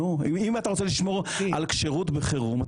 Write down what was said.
אם אתה רוצה לשמור על כשרות בחירום.